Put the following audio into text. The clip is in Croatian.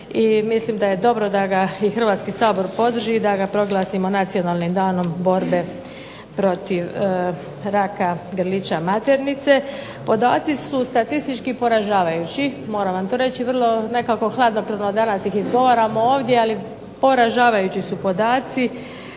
mislim da je dobro da ga i Hrvatski sabor podrži i da ga proglasimo nacionalnim danom borbe protiv raka grlića maternice. Podaci su statistički poražavajući, moram vam to reći, vrlo nekako hladnokrvno danas ih izgovaramo ovdje, ali poražavajući su podaci